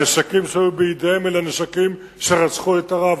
הנשקים שהיו בידיהם אלה נשקים שרצחו את הרב,